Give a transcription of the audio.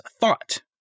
thought